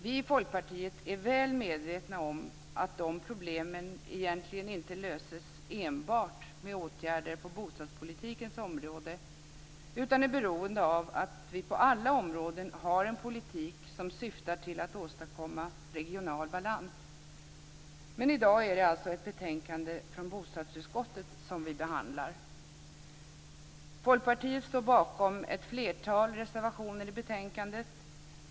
Vi i Folkpartiet är väl medvetna om att de här problemen egentligen inte löses enbart med åtgärder på bostadspolitikens område utan att de är beroende av att vi på alla områden har en politik som syftar till att åstadkomma regional balans. Men i dag är det alltså ett betänkande från bostadsutskottet som vi behandlar. Folkpartiet står bakom ett flertal reservationer i betänkandet.